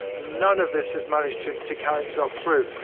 none of this has managed to to carry itself through.